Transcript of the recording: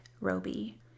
Roby